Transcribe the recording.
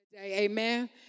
Amen